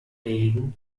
regen